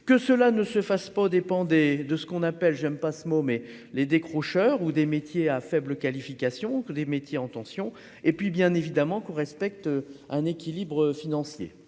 que cela ne se fasse pas aux dépens des de ce qu'on appelle, j'aime pas ce mot, mais les décrocheurs ou des métiers à faible qualification que les métiers en tension et puis bien évidemment qu'on respecte un équilibre financier,